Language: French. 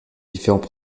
différents